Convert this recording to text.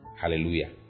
Hallelujah